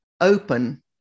open